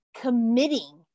committing